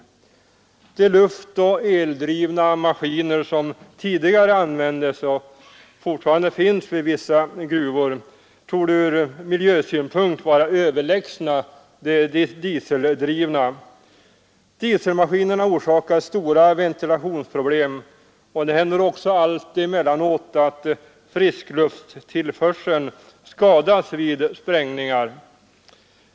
De luftoch eldrivna maskiner som tidigare användes — och fortfarande finns vid vissa gruvor — torde ur miljösynpunkt vara överlägsna de dieseldrivna. Dieselmaskinerna orsakar stora ventilationsproblem, och det händer också alltemellanåt att friskluftstillförseln skadas vid sprängningar.